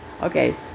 okay